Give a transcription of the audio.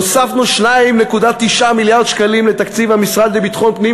הוספנו 2.9 מיליארד שקלים לתקציב המשרד לביטחון פנים,